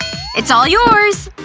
it's all yours,